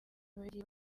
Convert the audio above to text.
bagiye